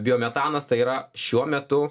biometanas tai yra šiuo metu